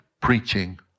preaching